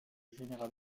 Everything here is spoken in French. général